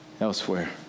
elsewhere